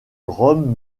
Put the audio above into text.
rome